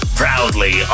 proudly